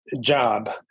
job